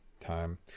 time